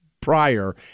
Prior